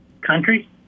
Country